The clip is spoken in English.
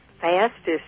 fastest